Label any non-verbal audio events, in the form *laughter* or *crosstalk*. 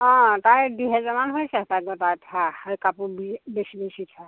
অঁ তাই দুহেজাৰমান হৈছে *unintelligible* কাপোৰ বেছি বেছি থাক